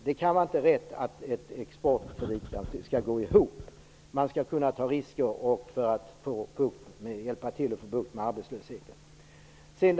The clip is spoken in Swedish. Det kan inte vara rätt att ett exportkreditgarantiinstitut skall gå ihop, man skall kunna ta risker för att hjälpa till att få bukt med arbetslösheten.